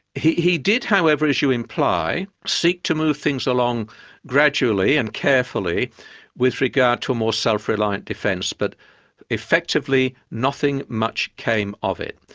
he he did however as you imply seek to move things along gradually and carefully with regard to a more self-reliant defence, but effectively nothing much came of it.